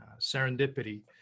serendipity